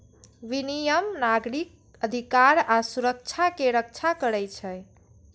विनियम नागरिक अधिकार आ सुरक्षा के रक्षा करै छै